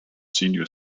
senior